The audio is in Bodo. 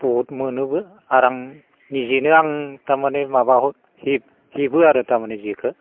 बहुद मोनोबो आर आं निजेनो आं थारमाने माबाखौ हेब हेबो आरो थारमाने जेखो